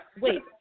wait